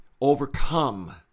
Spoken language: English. overcome